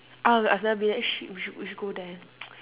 ah I've never been there eh shit we should we should go there